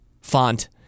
font